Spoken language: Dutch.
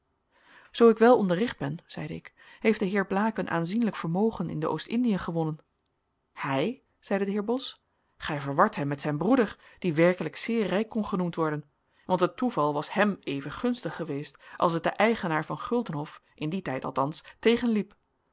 zoo ik wel onderricht ben zeide ik heeft de heer blaek een aanzienlijk vermogen in de oost indiën gewonnen hij zeide de heer bos gij verwart hem met zijn broeder die werkelijk zeer rijk kon genoemd worden want het toeval was hem even gunstig geweest als het den eigenaar van guldenhof in dien tijd althans